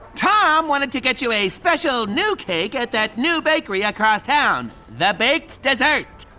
tom wanted to get you a special new cake at that new bakery across town, the baked dessert.